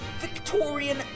Victorian